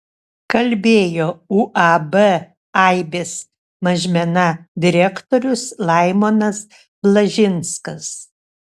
kalbėjo uab aibės mažmena direktorius laimonas blažinskas